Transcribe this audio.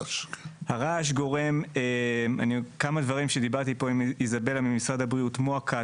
הרעש גורם כמה דברים שדיברתי פה עם איזבלה ממשרד הבריאות: מועקה,